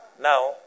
Now